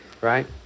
right